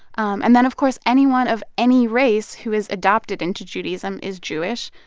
um and then, of course, anyone of any race who is adopted into judaism is jewish.